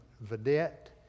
Vedette